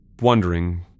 wondering